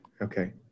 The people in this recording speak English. Okay